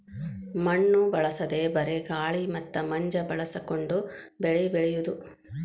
ಮಣ್ಣು ಬಳಸದೇ ಬರೇ ಗಾಳಿ ಮತ್ತ ಮಂಜ ಬಳಸಕೊಂಡ ಬೆಳಿ ಬೆಳಿಯುದು